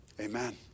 Amen